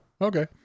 okay